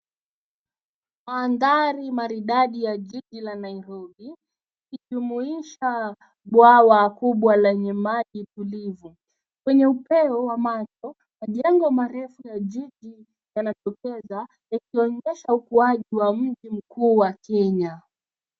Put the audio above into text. Mandhari maridadi ya jiji la Nairobi ikijumuisha bwawa kubwa lenye maji tulivu. Kwenye upeo wa macho, majengo marefu ya jiji yanatokeza ikionyesha ukuaji wa mji mkuu wa Kenya.